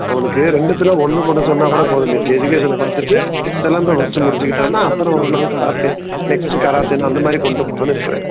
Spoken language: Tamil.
அவனுக்கு ரெண்டுத்துல ஒன்று பண்ண சொன்னால் கூட போதும் மிஸ் எஜுகேஷனை பார்த்துட்டு சிலம்பம் ஃபஸ்ட்டு முடிச்சுக்கிட்டான்னா அப்புறம் ஒரு நாள் கராத்தே நெக்ஸ்ட்டு கராத்தேன்னு அந்தமாதிரி கொண்டு போலாம்னு இருக்கிறேன்